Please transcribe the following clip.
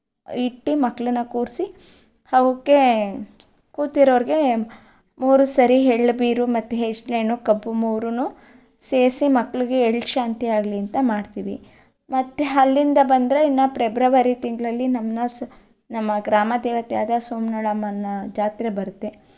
ಇಟ್ಟು ಮಕ್ಳನ್ನ ಕೂರಿಸಿ ಅವಕ್ಕೆ ಕೂತಿರುವವರ್ಗೆ ಮೂರು ಸರಿ ಎಳ್ಳು ಬೀರು ಮತ್ತು ಎಲ್ಚಿ ಹಣ್ಣು ಕಬ್ಬು ಮೂರನ್ನೂ ಸೇರಿಸಿ ಮಕ್ಕಳಿಗೆ ಎಳ್ಳು ಶಾಂತಿ ಆಗಲಿ ಅಂತ ಮಾಡ್ತೀವಿ ಮತ್ತೆ ಅಲ್ಲಿಂದ ಬಂದರೆ ಇನ್ನೂ ಪ್ರೆಬ್ರವರಿ ತಿಂಗಳಲ್ಲಿ ನಮ್ಮನ್ನ ಸಹ ನಮ್ಮ ಗ್ರಾಮ ದೇವತೆಯಾದ ಸೋಮನಳ್ಳಮ್ಮನ ಜಾತ್ರೆ ಬರುತ್ತೆ